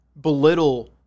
belittle